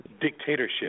dictatorship